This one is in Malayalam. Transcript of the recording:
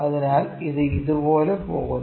അതിനാൽ ഇത് ഇതുപോലെ പോകുന്നു